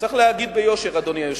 צריך להגיד ביושר, אדוני היושב-ראש.